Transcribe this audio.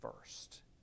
first